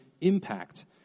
impact